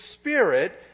spirit